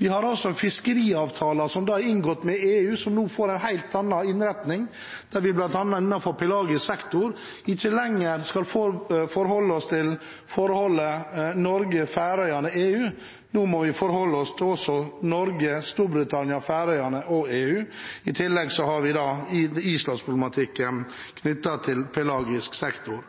Vi har også fiskeriavtaler som er inngått med EU, og som nå får en helt annen innretning. Det vil bl.a. innenfor pelagisk sektor være slik at vi ikke lenger skal forholde oss til Norge, Færøyene og EU. Nå må vi forholde oss til Norge, Storbritannia, Færøyene og EU. I tillegg har vi Island-problematikken knyttet til pelagisk sektor.